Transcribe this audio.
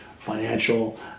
financial